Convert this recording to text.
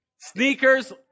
Sneakers